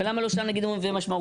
ולמה לא שם אומרים "ומשמעותם"?